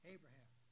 Abraham